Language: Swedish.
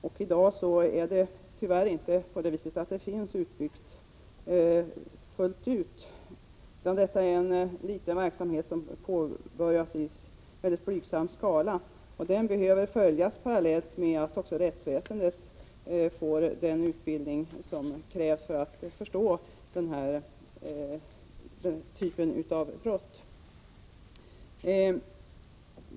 I dag finns det tyvärr inte utbyggt fullt ut, utan det är en liten verksamhet som påbörjats i blygsam skala. Den behöver följas parallellt med att personalen inom rättsväsendet får den utbildning som krävs för att förstå denna typ av brott.